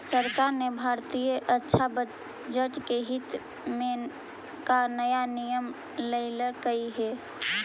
सरकार ने भारतीय रक्षा बजट के हित में का नया नियम लइलकइ हे